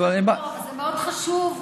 אבל זה מאוד חשוב,